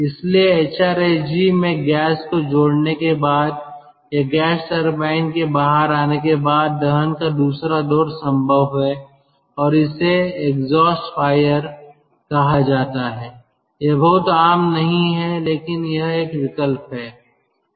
इसलिए एचआरएसजी में गैस को जोड़ने के बाद या गैस टरबाइन के बाहर आने के बाद दहन का दूसरा दौर संभव है और इसे एग्जॉस्ट फायर कहा जाता है यह बहुत आम नहीं है लेकिन यह एक विकल्प है